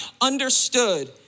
understood